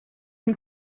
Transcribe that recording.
une